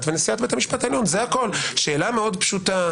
ונשיאת בית המשפט העליון שאלה פשוטה.